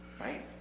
Right